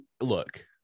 look